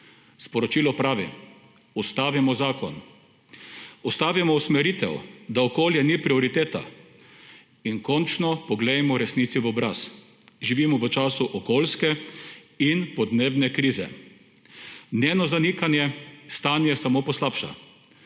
Sporočilo pravi: Ustavimo zakon. Ustavimo usmeritev, da okolje ni prioriteta, in končno poglejmo resnici v obraz. Živimo v času okoljske in podnebne krize, njeno zanikanje stanje samo poslabša.